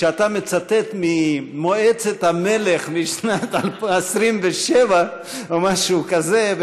כשאתה מצטט ממועצת המלך משנת 1927 או משהו כזה,